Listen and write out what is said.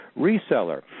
reseller